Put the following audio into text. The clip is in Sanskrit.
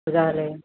मृगालये